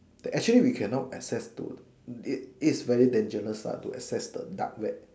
that actually we cannot access to it it's very dangerous lah to access the dark web